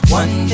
one